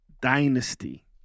Dynasty